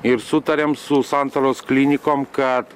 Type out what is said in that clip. ir sutariam su santaros klinikom kad